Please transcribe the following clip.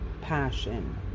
Passion